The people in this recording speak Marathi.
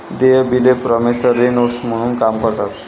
देय बिले प्रॉमिसरी नोट्स म्हणून काम करतात